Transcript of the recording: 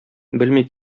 белми